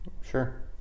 Sure